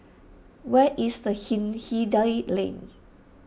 where is the Hindhede Lane